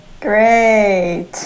Great